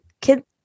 kid